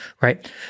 right